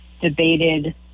debated